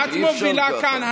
אי-אפשר ככה.